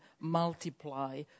multiply